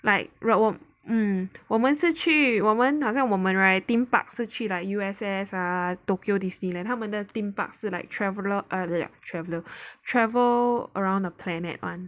like 我 hmm 我们是去我们好像我们 right theme park 是去了 U_S_S ah Tokyo Disneyland 他们的 theme park 是 like traveller traveller travel around the planet one